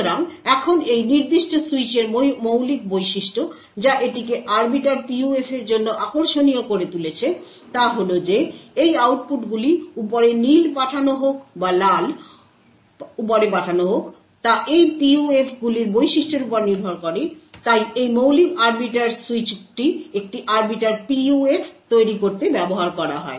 সুতরাং এখন এই নির্দিষ্ট সুইচের মৌলিক বৈশিষ্ট্য যা এটিকে আর্বিটার PUF এর জন্য আকর্ষণীয় করে তুলেছে তা হল যে এই আউটপুটগুলি উপরে নীল পাঠানো হোক বা লাল উপরে পাঠানো হোক তা এই PUFগুলির বৈশিষ্ট্যের উপর নির্ভর করে তাই এই মৌলিক আরবিটার সুইচটি একটি আরবিটার PUF তৈরি করতে ব্যবহার করা হয়